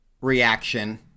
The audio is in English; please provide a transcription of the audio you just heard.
reaction